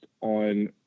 on